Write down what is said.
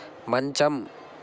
మంచం